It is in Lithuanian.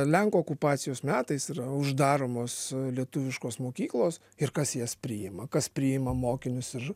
lenkų okupacijos metais yra uždaromos lietuviškos mokyklos ir kas jas priima kas priima mokinius ir